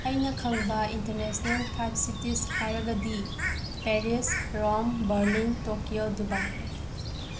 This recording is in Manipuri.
ꯑꯩꯅ ꯈꯪꯕ ꯏꯟꯇꯔꯅꯦꯁꯅꯦꯜ ꯐꯥꯏꯞ ꯁꯤꯇꯤꯁ ꯍꯥꯏꯔꯒꯗꯤ Paris Rome Berlin Tokyo Dubai